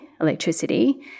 electricity